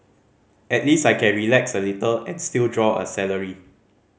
at least I can relax a little and still draw a salary